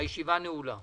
הישיבה נעולה.